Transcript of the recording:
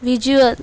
visual